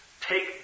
take